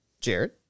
jared